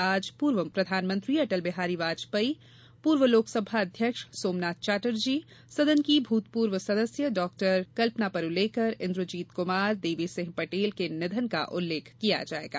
आज पूर्व प्रधानमंत्री अटल बिहारी वाजपेयी पूर्व लोकसभा अध्यक्ष सोमनाथ चटर्जी सदन की भूतपूर्व सदस्य डॉ कल्पना परूलेकर इन्द्रजीत क्मार देवीसिंह पटेल के निधन का उल्लेख किया जायेगा